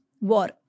war